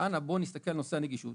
אנא בואו נסתכל על נושא הנגישות.